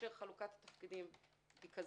חלוקת התפקידים היא כזו: